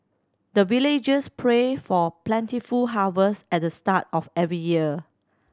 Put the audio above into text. the villagers pray for plentiful harvest at the start of every year